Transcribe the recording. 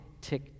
tick